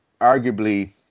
arguably